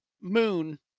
moon